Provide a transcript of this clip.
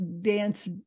dance